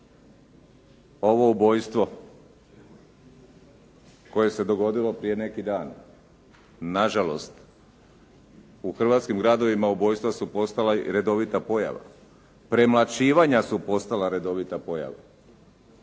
ovo ubojstvo koje se dogodilo prije neki dan, na žalost u hrvatskim gradovima ubojstva su postala i redovita pojava, premlaćivanja su postala redovita pojava.